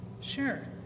Sure